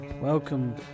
Welcome